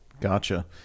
Gotcha